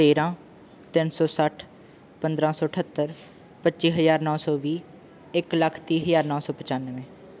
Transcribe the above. ਤੇਰਾਂ ਤਿੰਨ ਸੌ ਸੱਠ ਪੰਦਰਾਂ ਸੌ ਅਠੱਤਰ ਪੱਚੀ ਹਜ਼ਾਰ ਨੌਂ ਸੌ ਵੀਹ ਇੱਕ ਲੱਖ ਤੀਹ ਹਜ਼ਾਰ ਨੌਂ ਸੌ ਪਚਾਨਵੇਂ